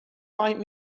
find